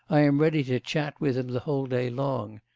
i am ready to chat with him the whole day long.